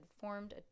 formed